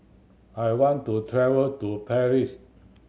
I want to travel to Paris